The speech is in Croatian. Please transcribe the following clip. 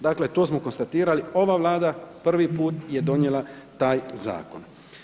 Dakle, to smo konstatirali, ova Vlada prvi put je donijela taj zakon.